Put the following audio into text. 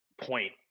point